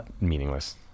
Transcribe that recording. meaningless